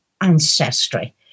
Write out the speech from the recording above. Ancestry